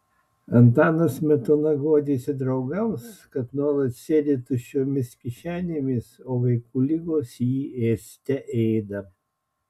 antanas smetona guodėsi draugams kad nuolat sėdi tuščiomis kišenėmis o vaikų ligos jį ėste ėda